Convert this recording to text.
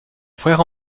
frère